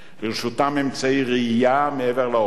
לרשותם אמצעי ראייה מעבר לאופק,